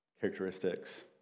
characteristics